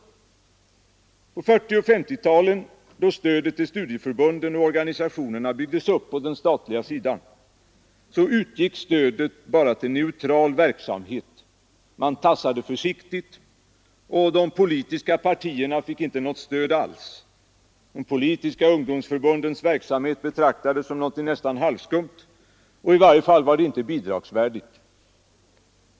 På 1940 och 1950-talen, då stödet till studieförbunden och organisationerna byggdes upp på den statliga sidan, utgick stödet bara till neutral verksamhet. Man tassade försiktigt fram, och de politiska partierna fick inte något stöd alls. De politiska ungdomsförbundens verksamhet betraktades som någonting nästan halvskumt och i varje fall inte bidragsvärdigt.